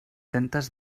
centes